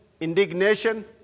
indignation